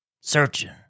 searching